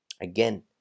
Again